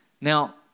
Now